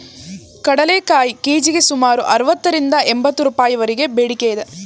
ಕಡಲೆಕಾಯಿ ಕೆ.ಜಿಗೆ ಸುಮಾರು ಅರವತ್ತರಿಂದ ಎಂಬತ್ತು ರೂಪಾಯಿವರೆಗೆ ಬೇಡಿಕೆ ಇದೆ